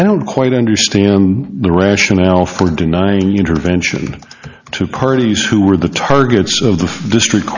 i don't quite understand the rationale for denying intervention to carlie's who were the targets of the district